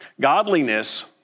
Godliness